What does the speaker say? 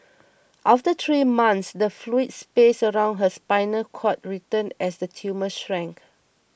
after three months the fluid space around her spinal cord returned as the tumour shrank